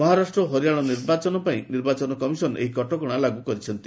ମହାରାଷ୍ଟ୍ର ଓ ହରିଆଣା ନିର୍ବାଚନ ପାଇଁ ନିର୍ବାଚନ କମିଶନ ଏହି କଟକଶା ଲାଗୁ କରିଛନ୍ତି